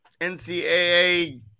NCAA